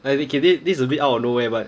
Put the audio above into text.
like okay this this a bit out of nowhere but